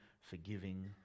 forgiving